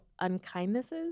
unkindnesses